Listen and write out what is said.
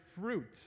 fruit